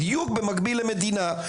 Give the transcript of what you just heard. בדיוק במקביל למדינה,